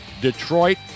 Detroit